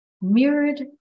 mirrored